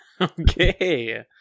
Okay